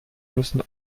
müssen